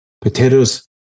Potatoes